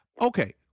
Okay